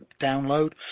download